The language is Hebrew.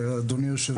סליחה.